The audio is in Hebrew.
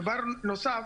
דבר נוסף,